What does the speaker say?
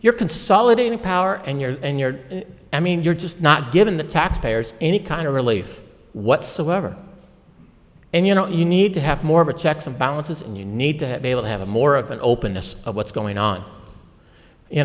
you're consolidating power and you're in your i mean you're just not given the taxpayers any kind of relief whatsoever and you know you need to have more of a checks and balances and you need to be able to have a more of an openness of what's going on you